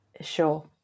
Sure